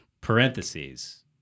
parentheses